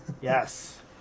Yes